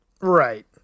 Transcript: Right